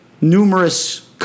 Numerous